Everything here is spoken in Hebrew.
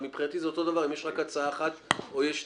מבחינתי זה אותו דבר אם יש רק הצעה אחת או יש שתיים.